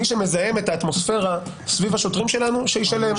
כשאני שומע את השוטף אני מבין למה אנחנו עובדים כאן 17